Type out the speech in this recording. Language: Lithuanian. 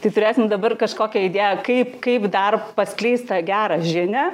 tai turėsim dabar kažkokią idėją kaip kaip dar paskleist tą gerą žinią